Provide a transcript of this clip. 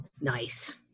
Nice